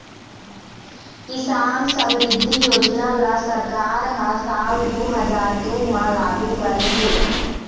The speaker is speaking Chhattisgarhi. किसान समरिद्धि योजना ल सरकार ह साल दू हजार दू म लागू करे हे